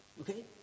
okay